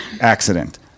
accident